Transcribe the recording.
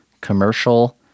commercial